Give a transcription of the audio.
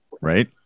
Right